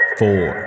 four